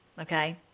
Okay